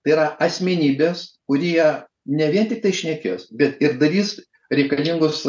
tai yra asmenybės kurie ne vien tiktai šnekės bet ir darys reikalingus